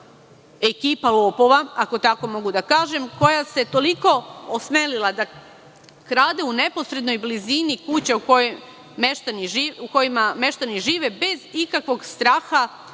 ekipa lopova, ako tako mogu da kažem, koja se toliko osmelila da krade u neposrednoj blizini kuća u kojima meštani žive, bez ikakvog straha